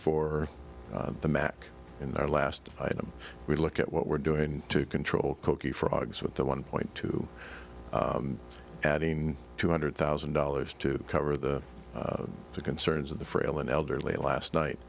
for the mac in their last item we look at what we're doing to control cookie frogs with the one point two adding two hundred thousand dollars to cover the concerns of the frail and elderly last night